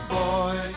boy